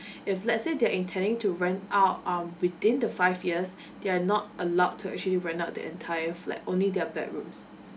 if let's say they are intending to rent out um within the five years they're not allowed to actually rent out the entire flat only their bedrooms